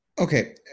Okay